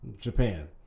Japan